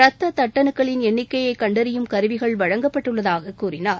ரத்த தட்டனுக்களிள் எண்ணிக்கைய கண்டறியும் கருவிகள் வழங்கப்பட்டுள்ளதாகக் கூறினார்